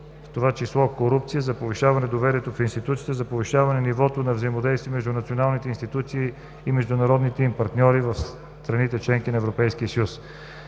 това число корупция, за повишаване доверието в институциите, за повишаване нивото на взаимодействие между националните институции и международните им партньори в страните – членки на Европейския съюз.